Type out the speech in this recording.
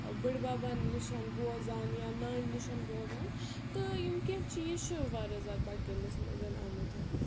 بڑِ بَبَن نِشَن بوزان یا نانہِ نِشَن بوزان تہٕ یِم کینٛہہ چیٖز چھِ واریاہ زیادٕ بَڈگٲمِس منٛز آمٕتۍ